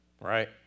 right